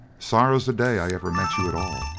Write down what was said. sorrow's the day i ever met you at all,